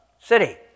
city